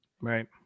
Right